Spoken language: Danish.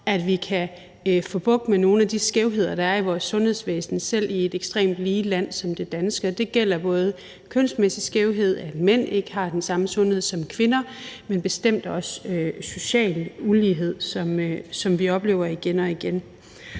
at vi kan få bugt med nogle af de skævheder, der er i vores sundhedsvæsen, selv i et ekstremt lige land som det danske, og det gælder både kønsmæssig skævhed, at mænd ikke har den samme sundhed som kvinder, men bestemt også social ulighed, som vi oplever igen og igen.